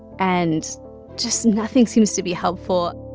and just nothing seems to be helpful